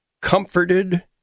comforted